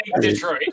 Detroit